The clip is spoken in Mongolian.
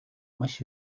маш